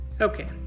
okay